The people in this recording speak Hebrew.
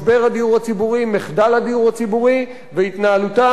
מחדל הדיור הציבורי והתנהלותה השערורייתית